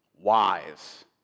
wise